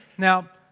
now.